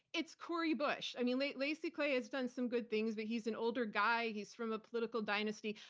it's cori bush. i mean, lacy clay has done some good things, but he's an older guy. he's from a political dynasty.